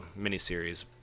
miniseries